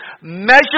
measure